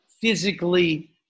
physically